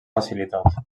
facilitat